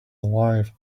alive